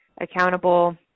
accountable